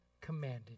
commanded